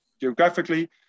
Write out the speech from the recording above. geographically